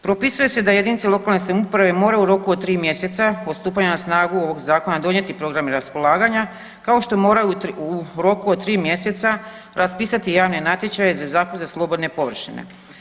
Propisuje se da jedinice lokalne samouprave moraju u roku od 3 mjeseca od stupanja na snagu ovoga Zakona donijeti programe raspolaganja kao i što moraju u roku od 3 mjeseca raspisati javne natječaje za zakup za slobodne površine.